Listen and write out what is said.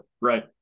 right